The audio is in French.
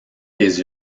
les